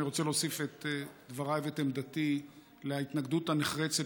אני רוצה להוסיף את דבריי ואת עמדתי להתנגדות הנחרצת